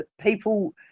people